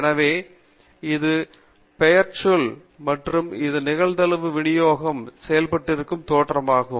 எனவே இது பெயர்ச்சொல் மற்றும் இது நிகழ்தகவு விநியோகம் செயல்பாட்டிற்கான தோற்றமாகும்